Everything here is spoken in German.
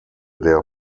der